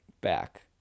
back